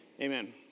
Amen